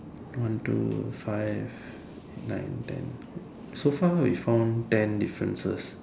one two five nine ten so far we found ten differences